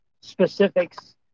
specifics